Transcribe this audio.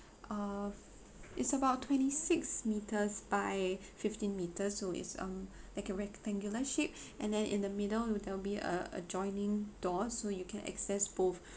uh it's about twenty six metres by fifteen metres so is um like a rectangular shape and then in the middle there'll be a adjoining door so you can access both